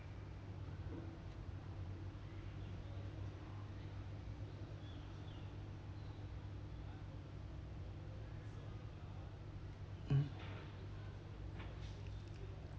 mm